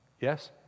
Yes